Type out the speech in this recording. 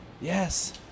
Yes